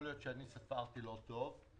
יכול להיות שאני ספרתי לא טוב.